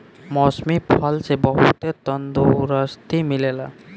मौसमी फल से बहुते तंदुरुस्ती मिलेला